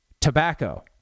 tobacco